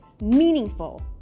meaningful